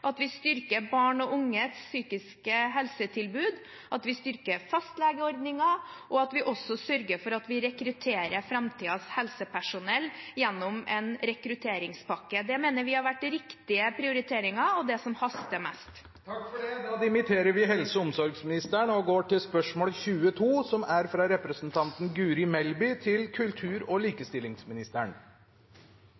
Vi styrker barn og unges psykiske helsetilbud, vi styrker fastlegeordningen, og vi sørger også for å rekrutterer framtidens helsepersonell gjennom en rekrutteringspakke. Det mener vi har vært riktige prioriteringer og det som haster mest. «Kommunistregimet i Beijing begår systematiske menneskerettighetsbrudd mot minoriteter og demokratiforkjempere i eget land. Vil statsråden ta initiativ til